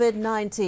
COVID-19